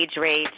rates